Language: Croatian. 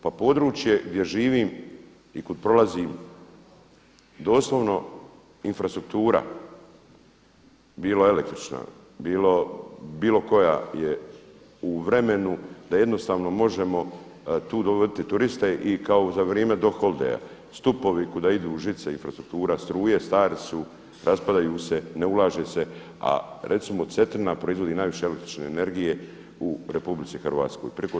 Pa područje gdje živim i kud prolazim doslovno infrastruktura bila električna, bilo koja je u vremenu da jednostavno možemo tu dovoditi turiste i kao za vrijeme Doc Hollidaya stupovi kuda idu žice, infrastruktura struje stari su, raspadaju se, ne ulaže se a recimo Cetina proizvodi najviše električne energije u RH preko 40%